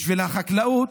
בשביל החקלאות,